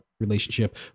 Relationship